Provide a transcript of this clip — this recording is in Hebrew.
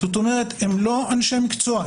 זאת אומרת שהם לא אנשי מקצוע,